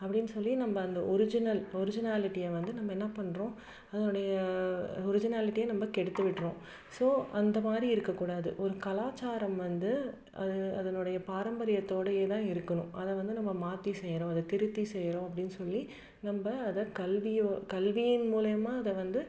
அப்படின்னு சொல்லி நம்ம அந்த ஒர்ஜினல் ஒர்ஜினாலிட்டியை வந்து நம்ம என்ன பண்ணுறோம் அதனுடைய ஒர்ஜினாலிட்டியை நம்ம கெடுத்து விடுறோம் ஸோ அந்த மாதிரி இருக்கக்கூடாது ஒரு கலாச்சாரம் வந்து அது அதனுடைய பாரம்பரியத்தோடைய தான் இருக்கணும் அதை வந்து நம்ம மாற்றி செய்கிறோம் அதை திருத்தி செய்கிறோம் அப்படின்னு சொல்லி நம்ம அதை கல்வியை கல்வியின் மூலிமா அதை வந்து